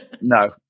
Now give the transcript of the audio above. no